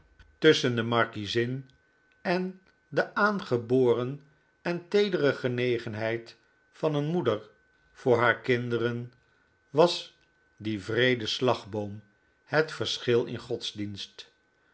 tusschen de markiezin en de aangeboren en teedere genegenheid van een moeder voor haar i kinderen was die wreede slagboom het verschil in godsdienst